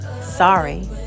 sorry